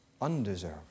undeserved